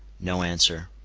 no answer.